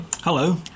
Hello